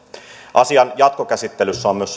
asian jatkokäsittelyssä on myös